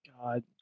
god